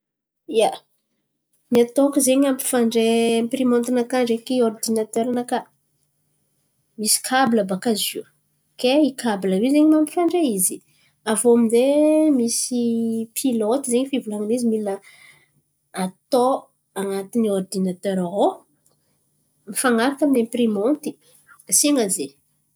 Ia, ny ataoko zen̈y ampifandray aimpirimanti-nakà ndreky ôridinatera-nakà, misy kabila bàka izy io ke i kabila io zen̈y mampifandray izy. Aviô aminjay misy pilôty zen̈y fivolan̈ana izy mila atao an̈atin'ny ôridinatera ao fan̈araka amy aimpirimanty asian̈a zen̈y.